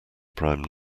prime